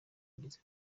yagize